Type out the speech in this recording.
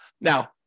Now